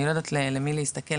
אני לא יודעת למי להסתכל,